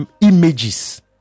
images